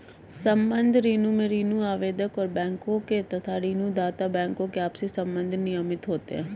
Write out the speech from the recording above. संबद्ध ऋण में ऋण आवेदक और बैंकों के तथा ऋण दाता बैंकों के आपसी संबंध नियमित होते हैं